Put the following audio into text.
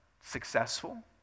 successful